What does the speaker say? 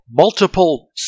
multiple